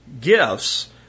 gifts